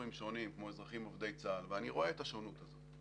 סקטורים שונים כמו אזרחים עובדי צה"ל ואני רואה את השונות הזאת.